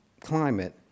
climate